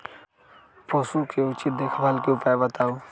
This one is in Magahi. पशु के उचित देखभाल के उपाय बताऊ?